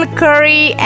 curry